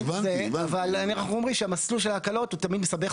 זה גם עניין של סוג הזה והניצול של דברים בצורות